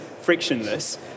frictionless